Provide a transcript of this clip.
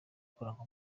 kuranga